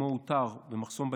הוא יהיה קצת ארוך,